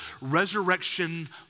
resurrection